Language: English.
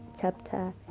Chapter